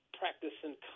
practicing